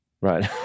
Right